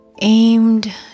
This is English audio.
aimed